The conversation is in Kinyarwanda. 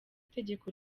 itegeko